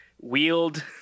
wield